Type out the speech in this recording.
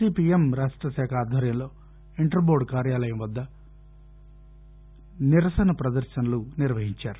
CPM రాష్ట్రశాఖ ఆధ్వర్యంలో inter board కార్యాలయం వద్ద నిరసన పదర్శనలు నిర్వహించారు